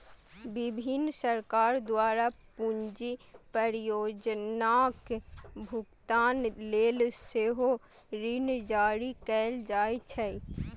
विभिन्न सरकार द्वारा पूंजी परियोजनाक भुगतान लेल सेहो ऋण जारी कैल जाइ छै